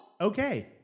Okay